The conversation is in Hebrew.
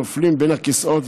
נופלים בין הכיסאות,